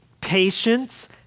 patience